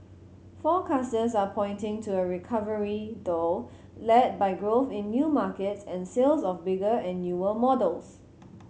forecasters are pointing to a recovery though led by growth in new markets and sales of bigger and newer models